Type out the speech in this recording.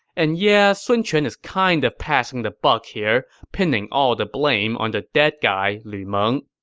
and yeah, sun quan is kind of passing the buck here, pinning all the blame on the dead guy lu meng,